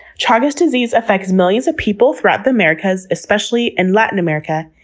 chagas disease affects millions of people throughout the americas, especially in latin america,